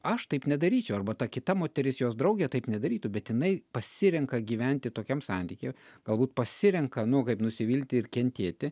aš taip nedarysiu arba ta kita moteris jos draugė taip nedarytų bet jinai pasirenka gyventi tokiam santyky galbūt pasirenka nu kaip nusivilti ir kentėti